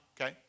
Okay